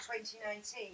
2019